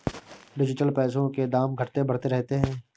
digital पैसों के दाम घटते बढ़ते रहते हैं